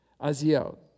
Azio